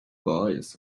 boys